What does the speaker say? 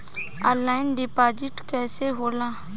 Online deposit कैसे होला?